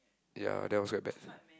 ya that was quite bad